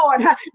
Lord